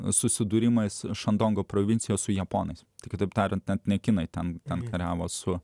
susidūrimas šandongo provincijos su japonais tik kitaip tariant ar ne kinai ten ten kariavo su